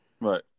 Right